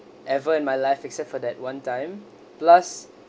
ever in my life except for that one time plus